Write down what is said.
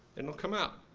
and they'll come out.